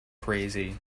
crazy